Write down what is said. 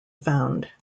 found